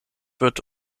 wird